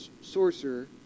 sorcerer